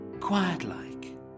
quiet-like